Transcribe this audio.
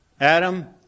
Adam